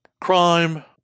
crime